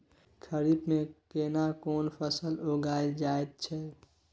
खरीफ में केना कोन फसल उगायल जायत छै?